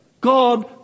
God